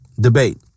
Debate